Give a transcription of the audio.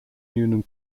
newnham